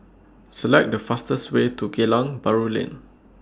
Select The fastest Way to Geylang Bahru Lane